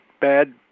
bad